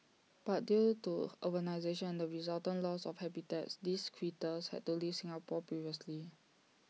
but due to urbanisation and the resultant loss of habitats these critters had to leave Singapore previously